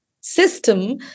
system